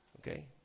Okay